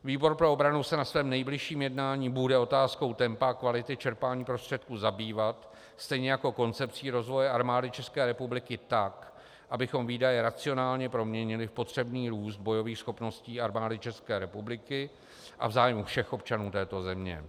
Výbor pro obranu se na svém nejbližším jednání bude otázkou tempa a kvality čerpání prostředků zabývat, stejně jako koncepcí rozvoje Armády České republiky, tak abychom výdaje racionálně proměnili v potřebný růst bojových schopností Armády České republiky a v zájmu všech občanů této země.